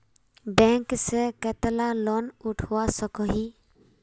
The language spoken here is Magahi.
बैंक से कतला लोन उठवा सकोही?